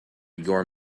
your